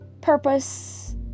purpose